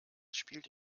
spielt